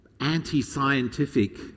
anti-scientific